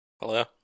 Hello